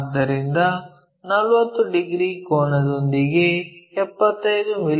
ಆದ್ದರಿಂದ 40 ಡಿಗ್ರಿ ಕೋನದೊಂದಿಗೆ 75 ಮಿ